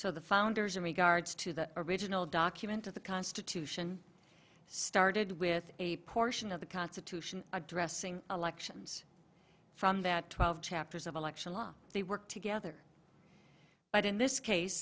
so the founders in regards to the original document of the constitution started with a portion of the constitution addressing elections from that twelve chapters of election law they work together but in this case